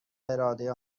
اراده